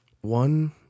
one